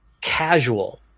casual